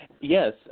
Yes